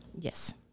Yes